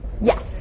Yes